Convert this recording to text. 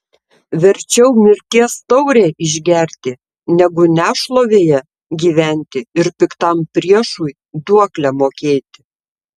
verčiau mirties taurę išgerti negu nešlovėje gyventi ir piktam priešui duoklę mokėti